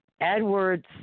Edwards